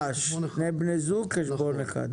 בני זוג שיש להם חשבון אחד.